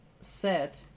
set